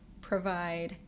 provide